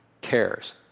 cares